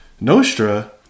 Nostra